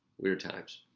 weird times.